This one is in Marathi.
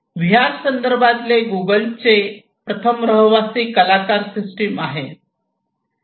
व्ही आर संदर्भात गुगलचे ची प्रथम रहिवासी कलाकार सिस्टम आहे